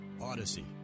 Odyssey